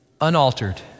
unaltered